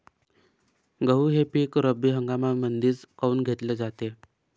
गहू हे पिक रब्बी हंगामामंदीच काऊन घेतले जाते?